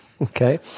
okay